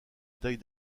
médaille